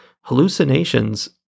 hallucinations